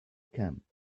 camp